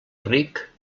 ric